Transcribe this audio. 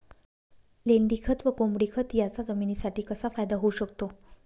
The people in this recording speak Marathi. लेंडीखत व कोंबडीखत याचा जमिनीसाठी कसा फायदा होऊ शकतो?